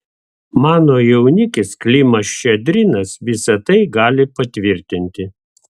mano jaunikis klimas ščedrinas visa tai gali patvirtinti